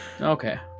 okay